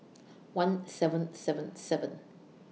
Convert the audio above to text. one seven seven seven